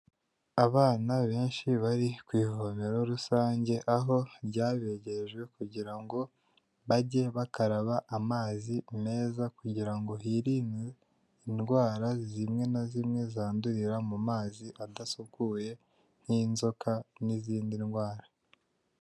Abana benshi bari ku ivomero rusange aho ryabegerejwe kugira ngo bajye bakaraba amazi meza kugira ngo hirindwe indwara zimwe na zimwe zandurira mu mazi adasukuye nk'inzoka n'izindi ndwara.